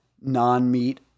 non-meat